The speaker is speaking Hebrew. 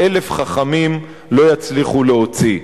אלף חכמים לא יצליחו להוציא.